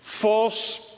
false